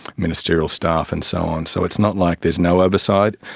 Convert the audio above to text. ministerial staff and so on. so it's not like there's no oversight,